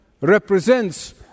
represents